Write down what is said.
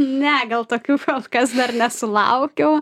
ne gal tokių kas dar nesulaukiau